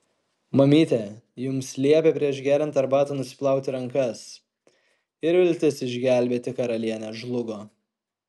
mamytė jums liepė prieš geriant arbatą nusiplauti rankas ir viltis išgelbėti karalienę žlugo